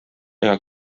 ega